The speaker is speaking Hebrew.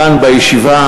דווקא בגלל